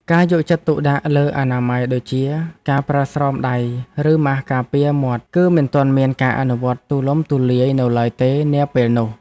ការយកចិត្តទុកដាក់លើអនាម័យដូចជាការប្រើស្រោមដៃឬម៉ាសការពារមាត់ គឺមិនទាន់មានការអនុវត្តទូលំទូលាយនៅឡើយទេនាពេលនោះ។